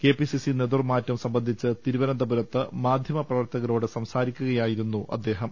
KPCC നേതൃമാറ്റം സംബന്ധിച്ച് തിരുവനന്തപുരത്ത് മാധ്യമപ്ര വർത്തകരോട് സംസാരിക്കുകയായിരുന്നു അദ്ദേഹം